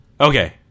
Okay